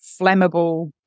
flammable